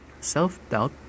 Self-doubt